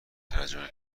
تجربه